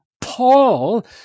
Paul